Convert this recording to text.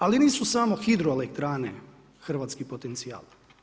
Ali nisu samo hidroelektrane hrvatski potencijal.